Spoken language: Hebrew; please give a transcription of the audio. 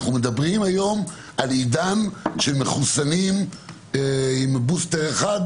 אנחנו מדברים היום על עידן של מחוסנים עם בוסטר אחד,